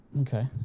Okay